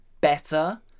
better